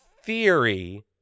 theory